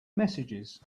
messages